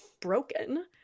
broken